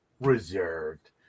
reserved